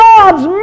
God's